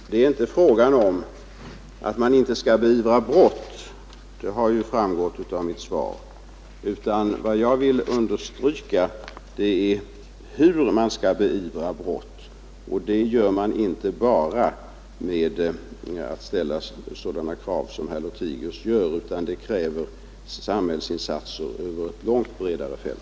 Herr talman! Det är inte fråga om att man inte skall beivra brott — det har ju framgått av mitt svar. Vad det gäller är hur vi skall göra det. Man kan inte göra det bara med att ställa sådana krav som herr Lothigius gör, utan det kräver samhällsinsatser över ett långt bredare fält.